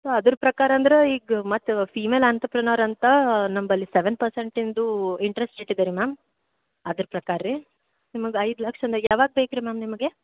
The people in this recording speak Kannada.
ಅದರ ಪ್ರಕಾರ ಅಂದ್ರೆ ಈಗ ಮತ್ತು ಫೀಮೇಲ್ ಅಂತ್ರಪ್ರನಾರ್ ಅಂತ ನಂಬಳಿ ಸವೆನ್ ಪರ್ಸೆಂಟಿಂದು ಇಂಟ್ರಸ್ಟ್ ಇಟ್ಟಿದ್ದಾರೆ ಮ್ಯಾಮ್ ಅದ್ರ ಪ್ರಕಾರ ರೀ ನಿಮ್ಗೆ ಐದು ಲಕ್ಷ ಯಾವಾಗ ಬೇಕು ರೀ ಮ್ಯಾಮ್ ನಿಮಗೆ